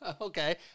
okay